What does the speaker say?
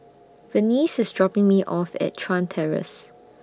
Venice IS dropping Me off At Chuan Terrace